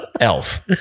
Elf